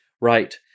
Right